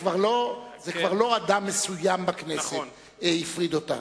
כבר לא אדם מסוים בכנסת הפריד אותו,